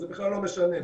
זה בכלל לא משנה.